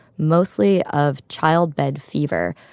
mostly of childbed fever,